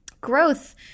Growth